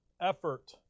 effort